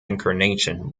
incarnation